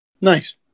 Nice